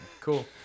cool